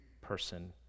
person